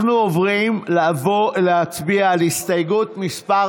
אנחנו עוברים להצביע על הסתייגות מס'